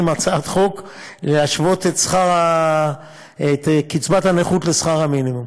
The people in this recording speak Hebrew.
הצעת חוק להשוות את קצבת הנכות לשכר המינימום.